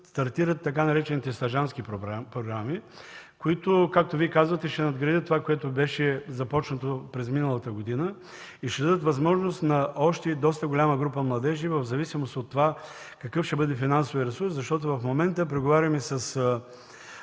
стартират така наречените „стажантски програми”, които както Вие казвате, ще надградят това, което беше започнато през миналата година, и ще дадат възможност на още доста голяма група младежи, в зависимост от това какъв ще бъде финансовият ресурс. В момента преговаряме с